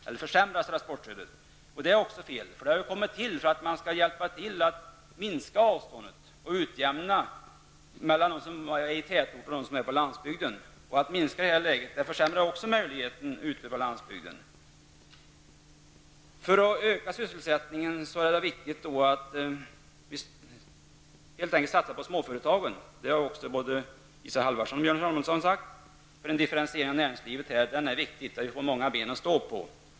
Även det är fel, eftersom detta stöd har kommit till i syfte att minska avstånden och ge en utjämning mellan dem som bor i tätort och dem på landsbygden. Att minska stödet i det här läget försämrar möjligheterna ute på landsbygden. För att öka sysselsättningen är det viktigt att satsa på småföretagen. Detta har både Isa Halvarsson och Björn Samuelson redan nämnt. En differentiering av näringslivet är viktig för att vi skall få många ben att stå på.